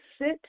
sit